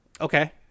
okay